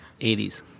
80s